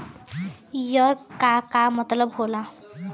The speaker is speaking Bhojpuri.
येकर का मतलब होला?